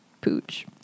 pooch